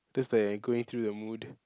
that's like you're going through the mood